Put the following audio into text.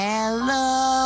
Hello